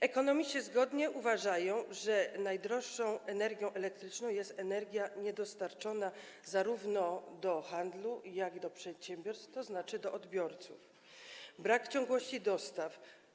Ekonomiści zgodnie uważają, że najdroższą energią elektryczną jest energia niedostarczona zarówno do handlu, jak i do przedsiębiorstw, tzn. do odbiorców, gdy brakuje ciągłości dostaw.